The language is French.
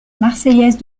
marseillaise